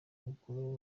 mukuru